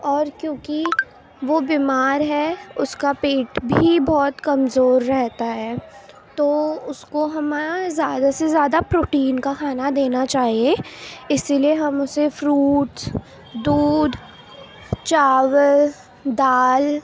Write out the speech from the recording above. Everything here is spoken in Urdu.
اور کیونکہ وہ بیمار ہے اس کا پیٹ بھی بہت کمزور رہتا ہے تو اس کو ہم زیادہ سے زیادہ پروٹین کا کھانا دینا چاہیے اسی لیے ہم اسے فروٹس دودھ چاول دال